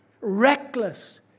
reckless